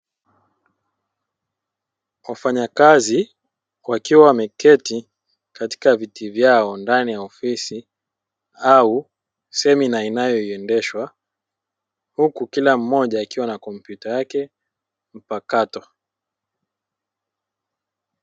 Wafanyakazi wakiwa wameketi katika viti vyao, ndani ya ofisi au semina inayoendeshwa huku kila mmoja akiwa na komputya yake mpakato.